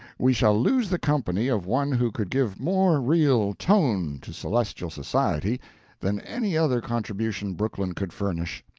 we shall lose the company of one who could give more real tone to celestial society than any other contribution brooklyn could furnish.